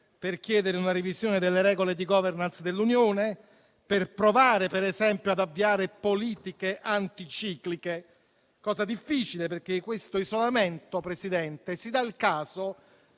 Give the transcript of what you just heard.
per chiedere una revisione delle regole di *governance* dell'Unione, per provare, per esempio, ad avviare politiche anticicliche, cosa difficile perché si dà il caso